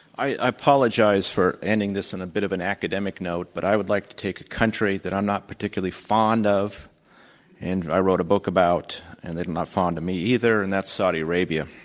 i apologize for ending this on and a bit of an academic note, but i would like to take a country that i'm not particularly fond of and i wrote a book about, and they're not fond of me either, and that's saudi arabia.